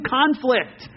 conflict